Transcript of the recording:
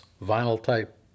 vinyl-type